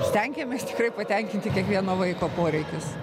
stengiamės tikrai patenkinti kiekvieno vaiko poreikius